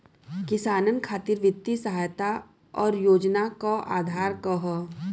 किसानन खातिर वित्तीय सहायता और योजना क आधार का ह?